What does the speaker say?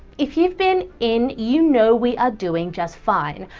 if you've been in you know we are doing just fine.